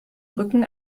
rücken